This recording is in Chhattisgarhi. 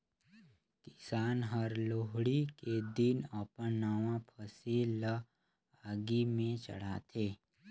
किसान हर लोहड़ी के दिन अपन नावा फसिल ल आगि में चढ़ाथें